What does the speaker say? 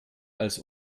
als